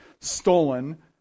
stolen